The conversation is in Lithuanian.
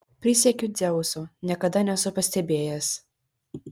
prisiekiu dzeusu niekada nesu pastebėjęs